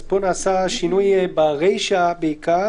הגבלת אירועים, נעשה שינוי בעיקר ברישה.